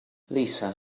lisa